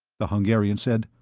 the hungarian said,